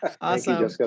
Awesome